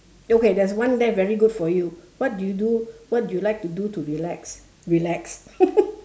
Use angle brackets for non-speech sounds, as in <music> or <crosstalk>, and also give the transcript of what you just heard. okay there's one that very good for you what do you do what do you like to do to relax relax <laughs>